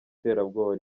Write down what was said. terabwoba